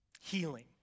Healing